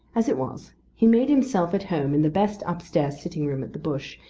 as it was, he made himself at home in the best upstairs sitting-room at the bush,